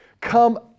come